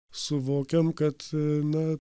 suvokiam kad na